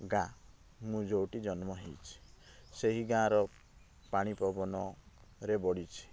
ଗାଁ ମୁଁ ଯେଉଁଠି ଜନ୍ମ ହେଇଛି ସେଇ ଗାଁ ର ପାଣି ପବନ ରେ ବଢ଼ିଛି